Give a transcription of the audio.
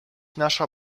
nasza